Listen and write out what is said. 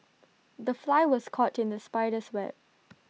the fly was caught in the spider's web